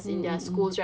mm mm mm